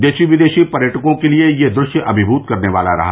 देशी विदेशी पर्यटकों के लिए यह दृश्य अभिभूत करने वाला रहा